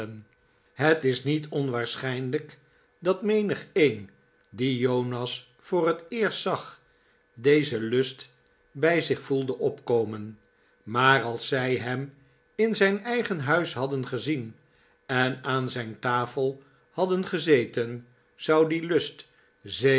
het is niet onwaarschijnlijk dat menigeen die jonas voor het eerst zag dezentust bij zich voelde opkomen maar als zij hem in zijn eigen huis haddeh gezien en aan zijn tafel hadden gezeten zou die lust